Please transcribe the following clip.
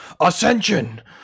Ascension